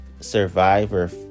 survivor